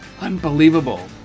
Unbelievable